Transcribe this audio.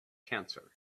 cancer